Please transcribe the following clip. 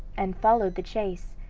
and followed the chase.